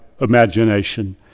imagination